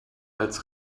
als